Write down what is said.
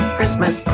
Christmas